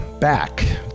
back